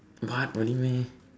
what really meh